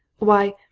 why,